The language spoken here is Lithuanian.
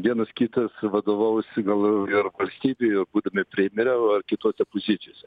vienas kitas vadovaus gal ir valstybei būdami premjeru ar kitose pozicijose